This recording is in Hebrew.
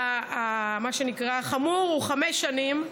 העונש החמור, מה שנקרא, הוא חמש שנים,